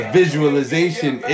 visualization